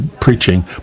preaching